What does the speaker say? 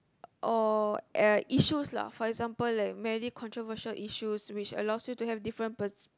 or uh issues lah for example like many controversial issues which allows you to have different pers~